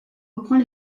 reprend